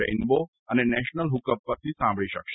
rainbow અને national hook up પરથી સાંભળી શકશે